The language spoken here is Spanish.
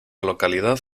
localidad